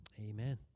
Amen